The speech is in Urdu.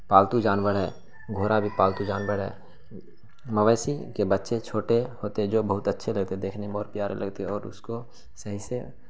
پالتو جانور ہے گھوڑا بھی پالتو جانور ہے مویشی کے بچے چھوٹے ہوتے جو بہت اچھے لگتے دیکھنے میں بہت پیارے لگتے اور اس کو صحیح سے